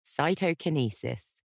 Cytokinesis